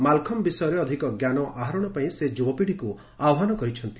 ମାଲଖମ୍ବ ବିଷୟରେ ଅଧିକ ଜ୍ଞାନ ଆହରଣ ପାଇଁ ସେ ଯୁବପିଢ଼ିକୁ ଆହ୍ପାନ କରିଛନ୍ତି